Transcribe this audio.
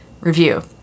Review